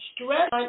stress